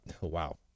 Wow